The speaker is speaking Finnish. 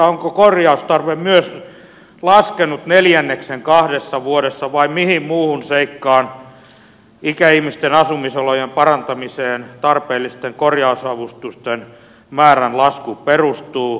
onko korjaustarve myös laskenut neljänneksen kahdessa vuodessa vai mihin muuhun seikkaan ikäihmisten asumisolojen parantamiseen tarpeellisten korjausavustusten määrän lasku perustuu